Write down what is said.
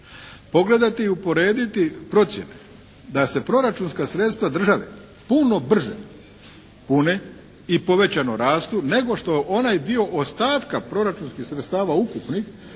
pogledati, uporediti procjene da se proračunska sredstva države puno brže pune i povećano rastu nego što onaj dio ostatka proračunskih sredstava ukupnih